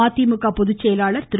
மதிமுக பொதுச்செயலாளர் திரு